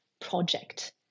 project